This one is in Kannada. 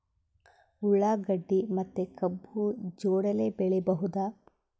ಉಳ್ಳಾಗಡ್ಡಿ ಮತ್ತೆ ಕಬ್ಬು ಜೋಡಿಲೆ ಬೆಳಿ ಬಹುದಾ?